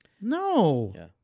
No